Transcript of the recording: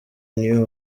new